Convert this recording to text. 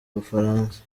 ubufaransa